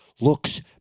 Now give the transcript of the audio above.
looks